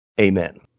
amen